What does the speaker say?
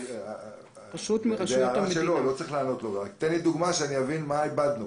כדי שאבין מה איבדנו.